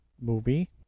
movie